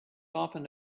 often